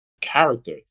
character